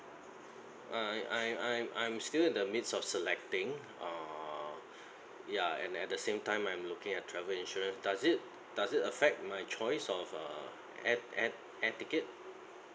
I'm I'm I'm I'm still in the midst of selecting err ya and at the same time I'm looking at travel insurance does it does it affect my choice of err air air air ticket